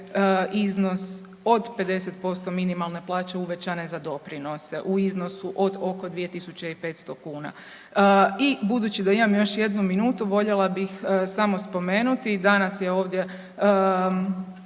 iznos od 50% minimalne plaće uvećane za doprinose u iznosu do oko 2500 kuna i budući da imam još jednu minutu, voljela bih samo spomenuti, danas je ovdje